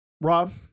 Rob